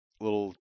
little